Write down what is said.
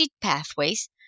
pathways